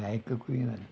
आयकोकूं येना